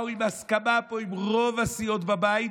באו עם הסכמה פה עם רוב הסיעות בבית,